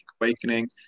Awakening